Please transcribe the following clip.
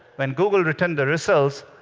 when google returned the results,